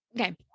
okay